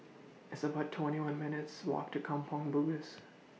It's about twenty one minutes' Walk to Kampong Bugis